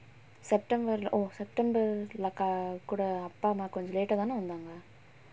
september or september lah கூட அப்பா அம்மா கொஞ்ச:kooda appa amma konja late ah தான வந்தாங்க:thaana vanthaanga